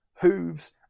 hooves